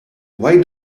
why